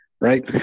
right